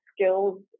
skills